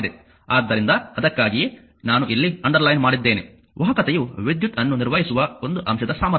ಆದ್ದರಿಂದ ಅದಕ್ಕಾಗಿಯೇ ನಾನು ಇಲ್ಲಿ ಅಂಡರ್ಲೈನ್ ಮಾಡಿದ್ದೇನೆ ವಾಹಕತೆಯು ವಿದ್ಯುತ್ ಅನ್ನು ನಿರ್ವಹಿಸುವ ಒಂದು ಅಂಶದ ಸಾಮರ್ಥ್ಯ